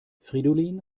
fridolin